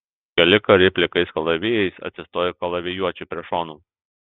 keli kariai plikais kalavijais atsistojo kalavijuočiui prie šonų